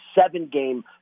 seven-game